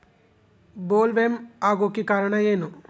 Bollworm ಆಗೋಕೆ ಕಾರಣ ಏನು?